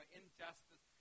injustice